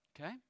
Okay